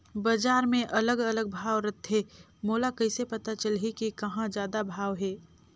बजार मे अलग अलग भाव रथे, मोला कइसे पता चलही कि कहां जादा भाव हे?